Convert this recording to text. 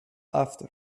after